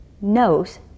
knows